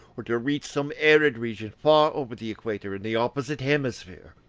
or to reach some arid region far over the equator in the opposite hemisphere!